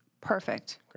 Perfect